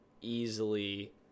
easily